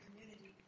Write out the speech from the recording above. community